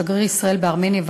שגריר ישראל בארמניה,